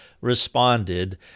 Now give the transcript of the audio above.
responded